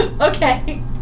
Okay